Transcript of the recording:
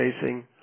facing